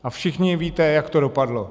A všichni víte, jak to dopadlo.